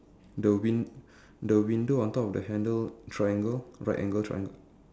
the wind~ the window on top of the handle triangle right angle triangle